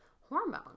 hormone